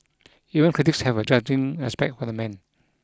even critics have a grudging respect for the man